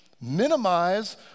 minimize